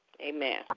Amen